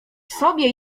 sobie